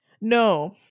No